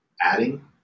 Adding